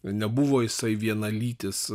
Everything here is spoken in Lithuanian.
nebuvo jisai vienalytis